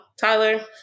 Tyler